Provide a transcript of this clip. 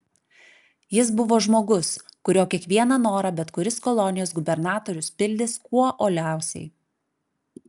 jis buvo žmogus kurio kiekvieną norą bet kuris kolonijos gubernatorius pildys kuo uoliausiai